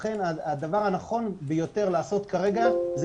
לכן הדבר הנכון ביותר לעשות כרגע זה